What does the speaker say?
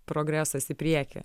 progresas į priekį